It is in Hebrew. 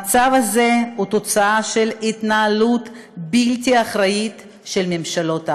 המצב הזה הוא תוצאה של התנהלות בלתי אחראית של ממשלות העבר.